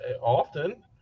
Often